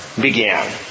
began